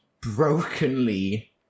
brokenly